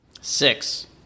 Six